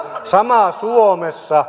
sama on suomessa